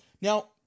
Now